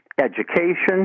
education